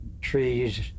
trees